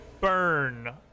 burn